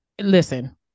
listen